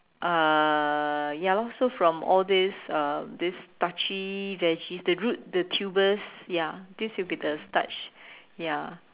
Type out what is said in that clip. uh ya lor so from all this uh this starchy veggies the root the tubers ya this will be the starch ya